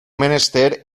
menester